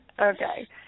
Okay